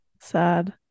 sad